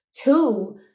Two